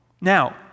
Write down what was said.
Now